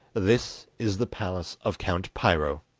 this is the palace of count piro